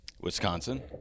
Wisconsin